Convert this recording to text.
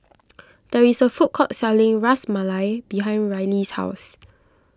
there is a food court selling Ras Malai behind Rylee's house